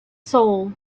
soul